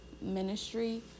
ministry